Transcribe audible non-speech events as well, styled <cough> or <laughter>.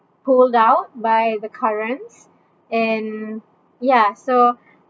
pulled out by the currents and ya so <breath>